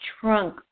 trunk